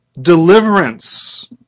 deliverance